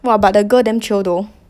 !wah! but the girl damn chio though